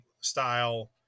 style